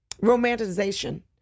romanticization